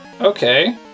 Okay